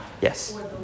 yes